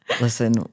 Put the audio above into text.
listen